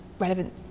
relevant